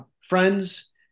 friends